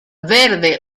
verde